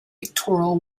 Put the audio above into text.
pictorial